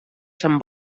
sant